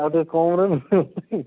ହଁ ଆଉ ଟିକେ କମରେ